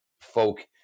folk